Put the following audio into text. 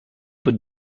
peut